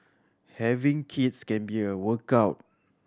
having kids can be a workout